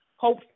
Hope